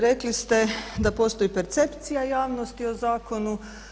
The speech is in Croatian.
Rekli ste da postoji percepcija javnosti o zakonu.